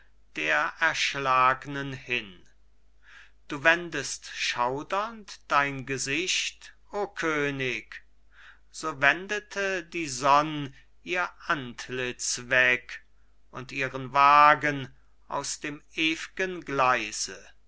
der erschlagnen hin du wendest schaudernd dein gesicht o könig so wendete die sonn ihr antlitz weg und ihren wagen aus dem ewg'en gleise